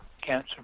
cancer